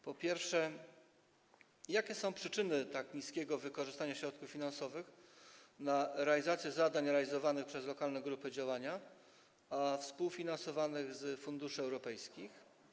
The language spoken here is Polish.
Po pierwsze, jakie są przyczyny tak niskiego wykorzystania środków finansowych na realizację zadań realizowanych przez lokalne grupy działania, współfinansowanych z funduszy europejskich?